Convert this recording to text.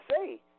say